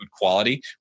quality